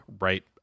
right